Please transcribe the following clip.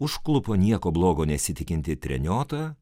užklupo nieko blogo nesitikintį treniotą